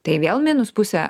tai vėl minus pusę